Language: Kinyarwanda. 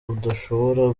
udashobora